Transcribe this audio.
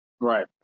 right